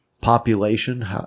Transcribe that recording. population